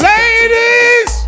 Ladies